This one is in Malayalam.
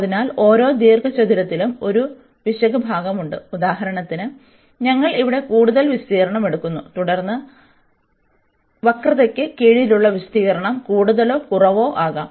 അതിനാൽ ഓരോ ദീർഘചതുരത്തിലും ഒരു പിശക് ഭാഗമുണ്ട് ഉദാഹരണത്തിന് ഞങ്ങൾ ഇവിടെ കൂടുതൽ വിസ്തീർണ്ണം എടുക്കുന്നു തുടർന്ന് വളവിന് കീഴിലുള്ള വിസ്തീർണ്ണം കൂടുതലോ കുറവോ ആകാം